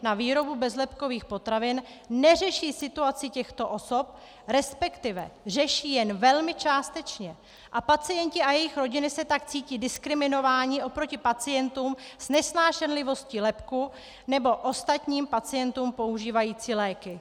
na výrobu bezlepkových potravin, neřeší situaci těchto osob, resp. řeší jen velmi částečně, a pacienti a jejich rodiny se tak cítí diskriminováni oproti pacientům s nesnášenlivostí lepku nebo ostatním pacientům používajícím léky.